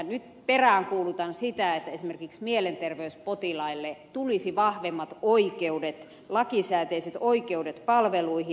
nyt peräänkuulutan sitä että esimerkiksi mielenterveyspotilaille tulisi vahvemmat lakisääteiset oikeudet palveluihin